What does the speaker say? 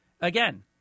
Again